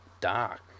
Dark